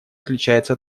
отличается